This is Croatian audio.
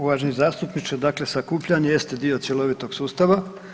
Uvaženi zastupniče, dakle sakupljanje jeste dio cjelovitog sustava.